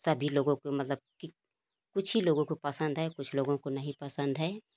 सभी लोगों को मतलब कि कुछ ही लोगों को पसंद है कुछ लोगों को नहीं पसंद है